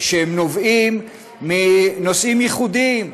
שנובעים מנושאים ייחודיים,